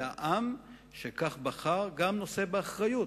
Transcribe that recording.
והעם שכך בחר גם נושא באחריות,